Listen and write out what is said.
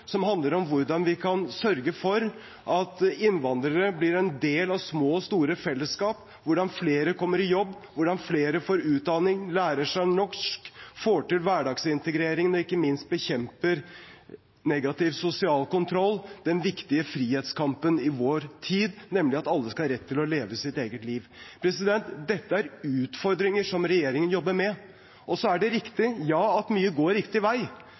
som handler om hvordan vi kan sørge for at innvandrere blir en del av små og store fellesskap, hvordan flere kommer i jobb, hvordan flere får utdanning, lærer seg norsk, får til hverdagsintegreringen og ikke minst bekjemper negativ sosial kontroll. Det er den viktige frihetskampen i vår tid, nemlig at alle skal ha rett til å leve sitt eget liv. Dette er utfordringer som regjeringen jobber med. Så er det riktig at ja, mye går riktig vei,